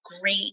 great